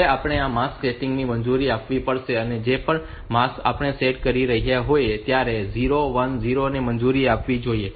હવે આપણે આ માસ્ક સેટિંગ ને મંજૂરી આપવી પડશે અને જે પણ માસ્ક આપણે સેટ કરી રહ્યા હોઈએ ત્યારે આ 0 1 0 ને મંજૂરી આપવી જોઈએ